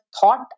thought